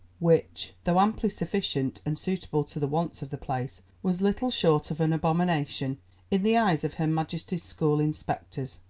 which, though amply sufficient and suitable to the wants of the place, was little short of an abomination in the eyes of her majesty's school inspectors,